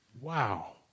Wow